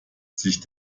sich